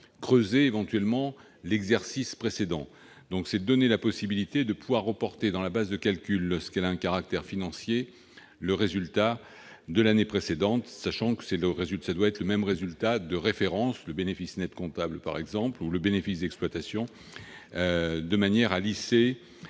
creusés éventuellement par l'exercice précédent. Je souhaite donc donner la possibilité de reporter dans la base de calcul, lorsqu'elle a un caractère financier, le résultat de l'année précédente. Je précise que le résultat doit être le même résultat de référence- le bénéfice net comptable, par exemple, ou le bénéfice d'exploitation -de manière à lisser